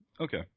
Okay